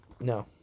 No